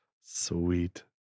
Sweet